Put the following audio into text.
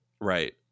Right